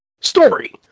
story